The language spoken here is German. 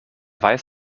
weiß